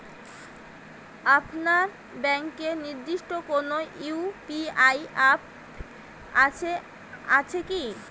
আপনার ব্যাংকের নির্দিষ্ট কোনো ইউ.পি.আই অ্যাপ আছে আছে কি?